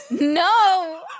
No